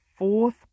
fourth